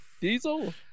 Diesel